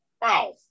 Wow